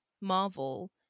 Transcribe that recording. Marvel